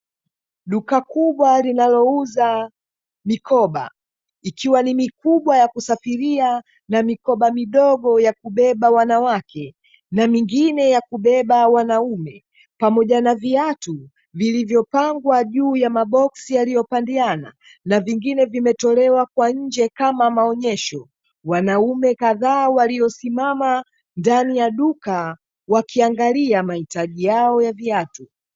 Duka kubwa linalouza mikoba, ikiwa ni mikubwa ya kusafiria na mikoba midogo ya kubeba wanawake, na mingine ya kubeba wanaume, pamoja na viatu vilivyopangwa juu ya maboksi yaliyopandiana, na vingine vimetolewa kwa nje kama maonyesho. Wanaume kadhaa waliosimama ndani ya duka, wakiangalia mahitaji yao ya viatu.